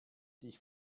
dich